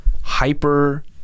hyper